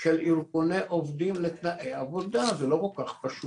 של ארגוני עובדים לתנאי עבודה, זה לא כל כך פשוט.